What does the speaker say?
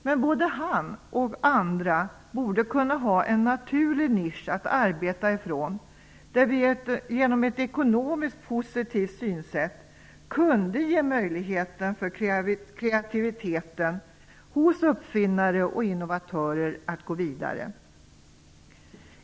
Men både han och andra borde kunna ha en naturlig nisch att arbeta utifrån där vi genom ett ekonomiskt positivt synsätt kunde ge möjligheter för kreativiteten hos uppfinnare och innovatörer att gå vidare.